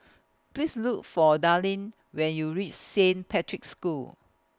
Please Look For Darlyne when YOU REACH Saint Patrick's School